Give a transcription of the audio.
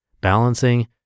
balancing